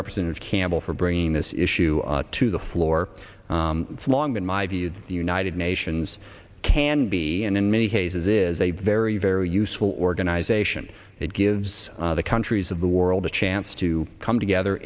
representative campbell for bringing this issue to the floor it's long been my view that the united nations can be and in many cases is a very very useful organization it gives the countries of the world a chance to come together